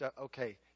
Okay